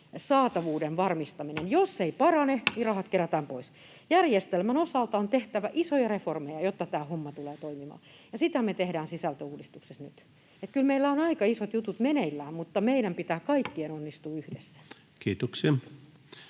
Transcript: saatavuuden varmistaminen. Jos se ei parane, niin rahat kerätään pois. Järjestelmän osalta on tehtävä isoja reformeja, jotta tämä homma tulee toimimaan, ja sitä me tehdään sisältöuudistuksessa nyt. Kyllä meillä on aika isot jutut meneillään, mutta meidän pitää kaikkien onnistua yhdessä. [Speech